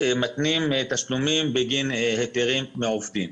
שמתנים היתרים בתשלומים מעובדים.